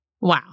Wow